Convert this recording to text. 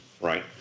right